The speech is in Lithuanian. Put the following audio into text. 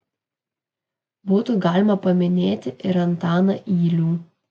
būtų galima paminėti ir antaną ylių